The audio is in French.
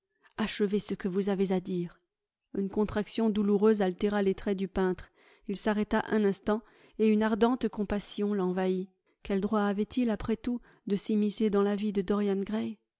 achevez ce que vous avez à dire une contraction douloureuse altéra les traits du peintre il s'arrêta un instant et une ardente compassion l'envahit quel droit avait-il après tout de s'immiscer dans la vie de dorian gray